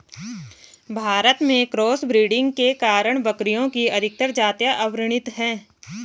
भारत में cross breeding के कारण बकरियों की अधिकतर जातियां अवर्णित है